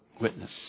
witness